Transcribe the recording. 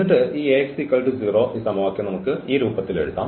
എന്നിട്ട് ഈ Ax 0 ഈ സമവാക്യം നമുക്ക് ഈ രൂപത്തിൽ എഴുതാം